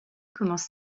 commence